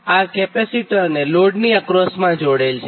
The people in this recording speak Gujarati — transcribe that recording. આ એક કેપેસિટરને લોડની અક્રોસમાં જોડેલ છે